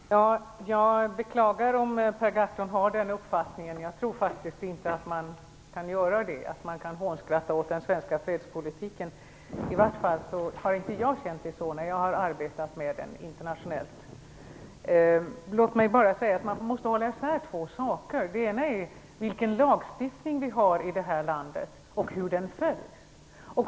Herr talman! Jag beklagar om Per Gahrton har den uppfattningen. Jag tror faktiskt inte att man kan hånskratta åt den svenska fredspolitiken. I vart fall har inte jag känt det så när jag har arbetat med den internationellt. Låt mig bara säga att man måste hålla isär två saker. Det ena är vilken lagstiftning vi har här i landet och det andra är hur den följs.